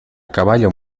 caballo